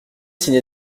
signé